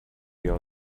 wir